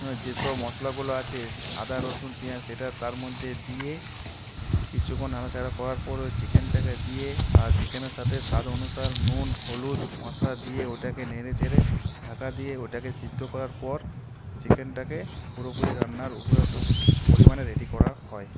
যেসব মশলাগুলো আছে আদা রসুন পিঁয়াজ সেটা তার মধ্যে দিয়ে কিছুক্ষণ নাড়াচাড়া করার পরও ওই চিকেনটাকে দিয়ে আর চিকেনের সাথে স্বাদ অনুসার নুন হলুদ মশলা দিয়ে ওইটাকে নেড়েচেড়ে ঢাকা দিয়ে ওইটাকে সিদ্ধ করার পর চিকেনটাকে পুরোপুরি রান্নার উপযুক্ত পরিমাণে রেডি করা হয়